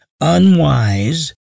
unwise